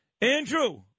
andrew